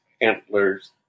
antlers